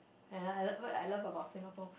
and I love what I love about Singapore